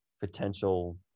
potential